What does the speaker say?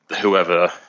whoever